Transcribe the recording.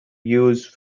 used